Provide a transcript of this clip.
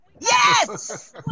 Yes